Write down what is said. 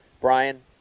Brian